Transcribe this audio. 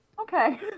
Okay